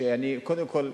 קודם כול,